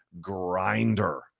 grinder